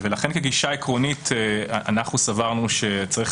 לכן כגישה עקרונית אנחנו סברנו שצריך